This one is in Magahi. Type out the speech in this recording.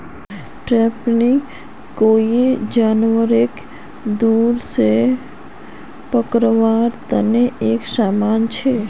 ट्रैपिंग कोई जानवरक दूर से पकड़वार तने एक समान छे